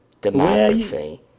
Democracy